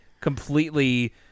completely